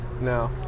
No